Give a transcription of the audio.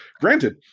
granted